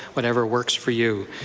whatever works for you.